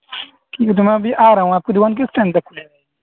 ٹھیک ہے جناب ابھی آ رہا ہوں آپ کی دُکان کس ٹائم تک کُھلے گی